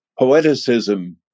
poeticism